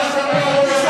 חבר הכנסת פרוש.